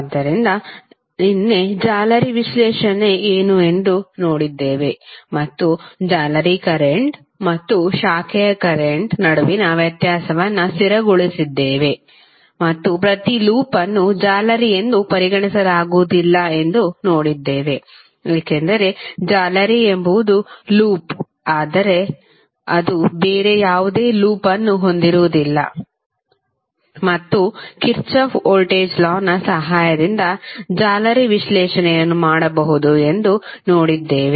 ಆದ್ದರಿಂದ ನಿನ್ನೆ ಜಾಲರಿ ವಿಶ್ಲೇಷಣೆ ಏನು ಎಂದು ನೋಡಿದ್ದೇವೆ ಮತ್ತು ಜಾಲರಿ ಕರೆಂಟ್ ಮತ್ತು ಶಾಖೆಯ ಕರೆಂಟ್ನ ನಡುವಿನ ವ್ಯತ್ಯಾಸವನ್ನು ಸ್ಥಿರಗೊಳಿಸಿದ್ದೇವೆ ಮತ್ತು ಪ್ರತಿ ಲೂಪ್ ಅನ್ನು ಜಾಲರಿ ಎಂದು ಪರಿಗಣಿಸಲಾಗುವುದಿಲ್ಲ ಎಂದು ನೋಡಿದ್ದೇವೆ ಏಕೆಂದರೆ ಜಾಲರಿ ಎಂಬುದು ಲೂಪ್ ಅದರೆ ಅದು ಬೇರೆ ಯಾವುದೇ ಲೂಪ್ ಅನ್ನು ಹೊಂದಿರುವುದಿಲ್ಲ ಮತ್ತು ಕಿರ್ಚಾಫ್ ವೋಲ್ಟೇಜ್ ಲಾನ ಸಹಾಯದಿಂದ ಜಾಲರಿ ವಿಶ್ಲೇಷಣೆಯನ್ನು ಮಾಡಬಹುದು ಎಂದು ನೋಡಿದ್ದೇವೆ